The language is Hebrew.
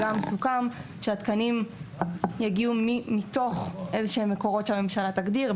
סוכם שהתקנים יגיעו מתוך איזה שהם מקורות שהממשלה תגדיר,